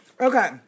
Okay